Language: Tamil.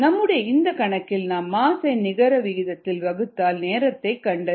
நம்முடைய இந்த கணக்கில் நாம் மாஸ் ஐ நிகர விகிதத்தால் வகுத்தால் நேரத்தை கண்டறியலாம்